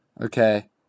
Okay